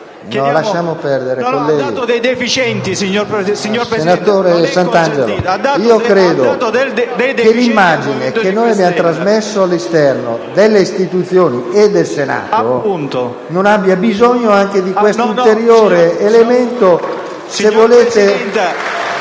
5 Stelle. PRESIDENTE. Senatore Santangelo, credo che l’immagine che abbiamo trasmesso all’esterno delle istituzioni e del Senato non abbia bisogno anche di questo ulteriore elemento.